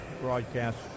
broadcast